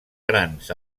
grans